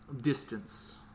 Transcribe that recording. Distance